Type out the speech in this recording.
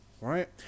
right